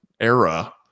era